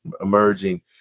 emerging